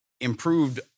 improved